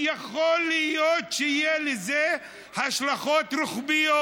יכול להיות שיהיו לזה השלכות רוחביות.